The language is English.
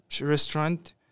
restaurant